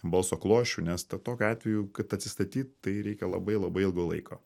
balso klosčių nes tokiu atveju kad atsistatyt tai reikia labai labai ilgo laiko